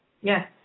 Yes